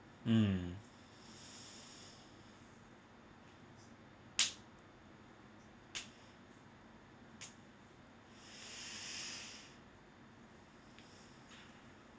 um